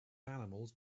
animals